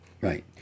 Right